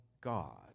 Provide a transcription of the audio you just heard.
God